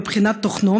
מבחינת תוכנו,